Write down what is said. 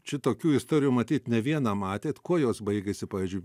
čia tokių istorijų matyt ne vieną matėt kuo jos baigėsi pavyzdžiui